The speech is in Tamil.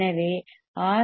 எனவே ஆர்